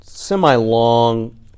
semi-long